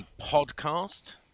podcast